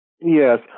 Yes